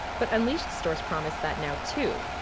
but unleashed stores promise that now too,